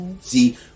See